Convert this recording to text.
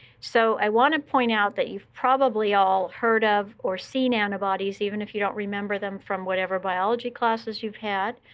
so i want to point out that you've probably all heard of or seen antibodies, even if you don't remember them from whatever biology classes you've had,